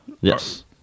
Yes